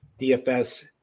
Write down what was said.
dfs